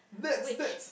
that's that's